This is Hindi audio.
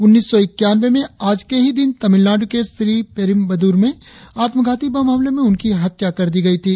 उन्नीस सौ इक्यानवे में आज के ही दिन तमिलनाडु के श्री पेरुम्बदूर में आत्मधाती बम हमले में उनकी हत्या कर दी गई थी